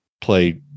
play